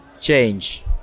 change